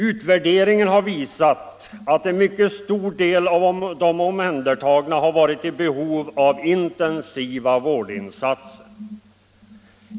Utvärderingen har visat att en mycket stor del av de omhändertagna har varit i behov av intensiva vårdinsatser.